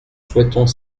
souhaitons